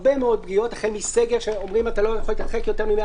החל מסגר שאומרים: אתה לא יכול להתרחק יותר מ-100